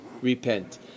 repent